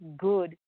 good